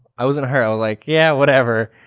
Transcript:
i wasn't hurt. i was like, yeah whatever.